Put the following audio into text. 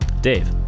Dave